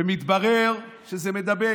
ומתברר שזה מידבק.